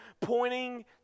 pointing